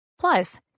Plus